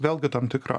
vėlgi tam tikrą